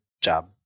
job